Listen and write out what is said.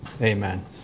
amen